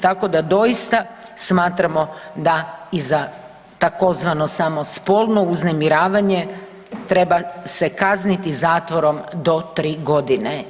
Tako da doista smatramo da i za tzv. samo spolno uznemiravanje treba se kazniti zatvorom do 3 godine.